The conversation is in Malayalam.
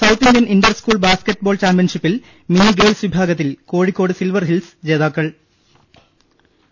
south Indian inter school basketball ചാമ്പ്യൻഷിപ്പിൽ മിനി ഗേൾസ് വിഭാഗത്തിൽ കോഴിക്കോട് സിൽവർ ഹിൽസ് ജേതാക്കളായി